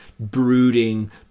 brooding